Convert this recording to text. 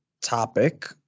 topic